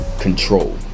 control